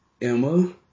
Emma